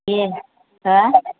दे हो